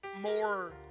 more